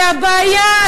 והבעיה,